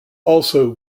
also